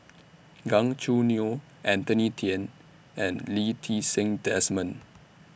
Gan Choo Neo Anthony Then and Lee Ti Seng Desmond